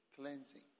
Cleansing